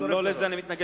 לא לזה אני מתנגד,